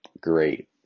great